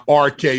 RK